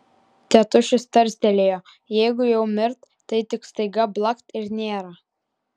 tėtušis tarstelėjo jeigu jau mirt tai tik staiga blakt ir nėra